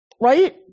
right